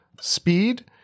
speed